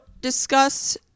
discuss